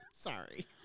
Sorry